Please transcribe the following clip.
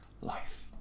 life